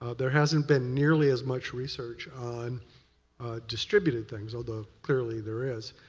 there has not been nearly as much research on distributed things, although, clearly, there is.